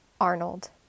Arnold